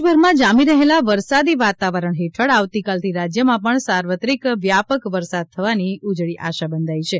દેશભરમાં જામી રહેલા વરસાદી વાતાવરણ હેઠળ આવતીકાલથી રાજ્યમાં પણ સાર્વત્રિક વ્યાપક વરસાદ થવાની ઉજળી આશા બંધાઈ છે